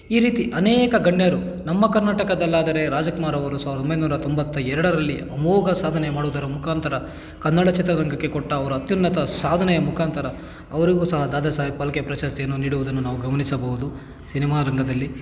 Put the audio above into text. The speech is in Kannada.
ಈ ರೀತಿ ಅನೇಕ ಗಣ್ಯರು ನಮ್ಮ ಕರ್ನಾಟಕದಲ್ಲಾದರೆ ರಾಜಕುಮಾರ್ ಅವರು ಸಾವ್ರದ ಒಂಬೈನೂರ ತೊಂಬತ್ತ ಎರಡರಲ್ಲಿ ಅಮೋಘ ಸಾಧನೆ ಮಾಡುವುದರ ಮುಖಾಂತರ ಕನ್ನಡ ಚಿತ್ರರಂಗಕ್ಕೆ ಕೊಟ್ಟ ಅವರ ಅತ್ಯುನ್ನತ ಸಾಧನೆಯ ಮುಖಾಂತರ ಅವರಿಗೂ ಸಹ ದಾದಾ ಸಾಹೇಬ್ ಫಾಲ್ಕೆ ಪ್ರಶಸ್ತಿಯನ್ನು ನೀಡುವುದನ್ನು ನಾವು ಗಮನಿಸಬಹುದು ಸಿನಿಮಾ ರಂಗದಲ್ಲಿ